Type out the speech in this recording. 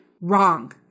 Wrong